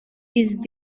ist